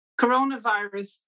coronavirus